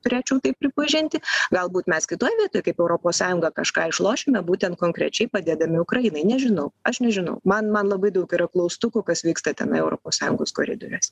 turėčiau tai pripažinti galbūt mes kitoj vietoj kaip europos sąjunga kažką išlošime būtent konkrečiai padėdami ukrainai nežinau aš nežinau man man labai daug yra klaustukų kas vyksta tenai europos sąjungos koridoriuose